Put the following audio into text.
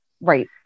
Right